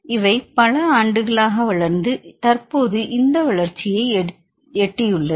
இவை பல ஆண்டுகளாக வளர்ந்து தற்போது இந்த வளர்ச்சியை எட்டி உள்ளது